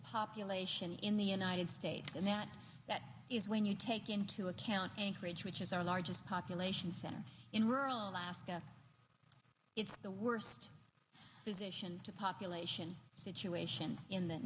population in the united states and that is when you take into account anchorage which is our largest population center in rural alaska it's the worst position to population situation in the